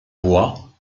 bois